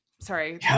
Sorry